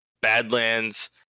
Badlands